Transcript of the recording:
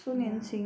ya